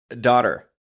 Daughter